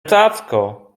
cacko